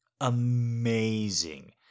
amazing